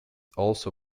also